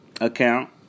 account